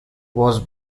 was